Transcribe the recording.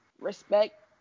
respect